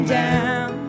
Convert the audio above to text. down